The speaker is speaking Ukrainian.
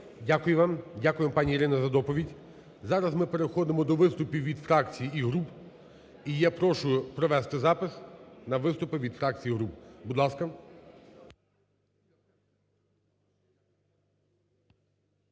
Дякую вам. Дякую вам, пані Ірина за доповідь. Зараз ми переходимо до виступів фракцій і груп. І я прошу провести запис на виступ від фракцій і груп. Будь ласка.